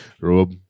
Rob